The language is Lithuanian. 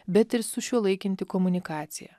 bet ir sušiuolaikinti komunikacija